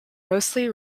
mostly